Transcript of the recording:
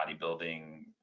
bodybuilding